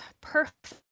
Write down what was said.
perfect